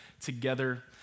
together